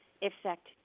effect